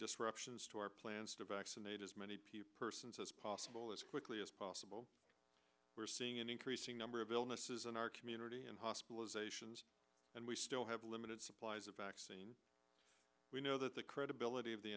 disruptions to our plans to vaccinate as many people persons as possible as quickly as possible we're seeing an increasing number of illnesses in our community and hospitalizations and we still have limited supplies of vaccine we know that the credibility of the